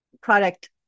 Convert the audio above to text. product